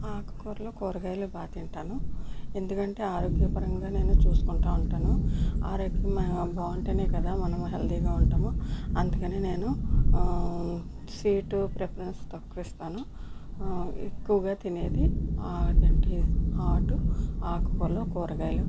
ఆకుకురలు కూరగాయాలు బాగా తింటాను ఎందుకంటే ఆరోగ్యపరంగా నేను చూసుకుంటూ ఉంటాను ఆరోగ్యం బాగుంటేనే కదా మనం హెల్థీగా ఉంటాము అందుకని నేను స్వీట్ ప్రిఫరెన్స్ తక్కువ ఇస్తాను ఎక్కువగా తినేది అదేంటి హాటు ఆకుకూరలు కురగాయలు